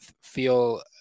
feel